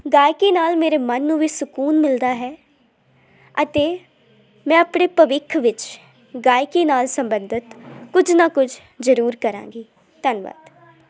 ਗਾਇਕੀ ਨਾਲ ਮੇਰੇ ਮਨ ਨੂੰ ਵੀ ਸਕੂਨ ਮਿਲਦਾ ਹੈ ਅਤੇ ਮੈਂ ਆਪਣੇ ਭਵਿੱਖ ਵਿੱਚ ਗਾਇਕੀ ਨਾਲ ਸੰਬੰਧਿਤ ਕੁਝ ਨਾ ਕੁਝ ਜ਼ਰੂਰ ਕਰਾਂਗੀ ਧੰਨਵਾਦ